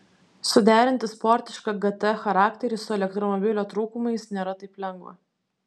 suderinti sportišką gt charakterį su elektromobilio trūkumais nėra taip lengva